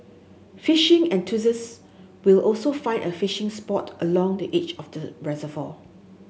fishing enthusiast will also find a spot along the edge of the reservoir